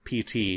PT